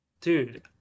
Dude